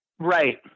Right